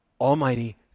Almighty